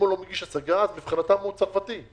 מבחינתם הוא צרפתי.